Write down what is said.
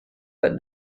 but